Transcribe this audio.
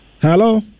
Hello